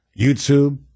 YouTube